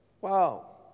Wow